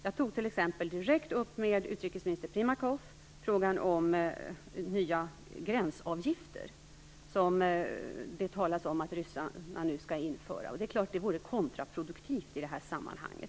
Jag tog t.ex. direkt med utrikesminister Primakov upp frågan om nya gränsavgifter, som det talas om att ryssarna nu skall införa. Det är klart att det vore kontraproduktivt i detta sammanhang.